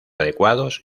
adecuados